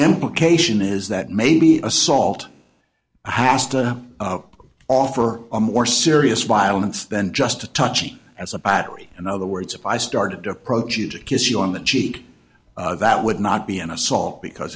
implication is that maybe assault hasta offer a more serious violence than just a touching as a battery in other words if i started to approach you to kiss you on the cheek that would not be an assault because